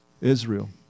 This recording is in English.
Israel